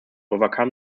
overcome